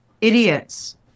idiots